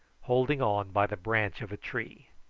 holding on by the branch of a tree.